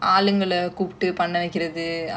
okay mm mm